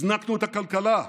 הזנקנו את הכלכלה.